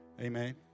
Amen